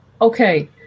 Okay